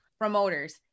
promoters